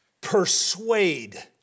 persuade